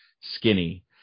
skinny